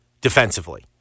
defensively